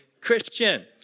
Christian